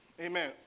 Amen